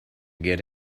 get